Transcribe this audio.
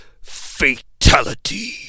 FATALITY